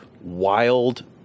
wild